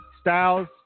Styles